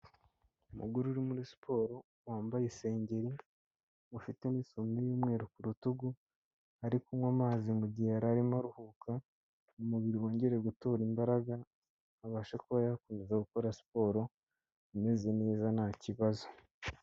Umugore uri muri siporo wambaye isengeri ufite n'isume y'umweru ku rutugu ari kunywa amazi gihe yari arimo aruhuka ngo umubiri wongere gutora imbaraga abashe kuba yakomeza gukora siporo ameze neza nta kibazo.